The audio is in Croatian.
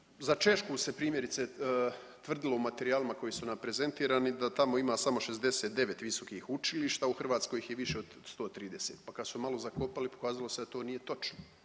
Za Češku se primjerice tvrdilo u materijalima koji su nam prezentirani da tamo ima samo 69 visokih sveučilišta, u Hrvatskoj ih je više od 130, pa kad su malo zakopali pokazalo se da to nije točno